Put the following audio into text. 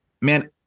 man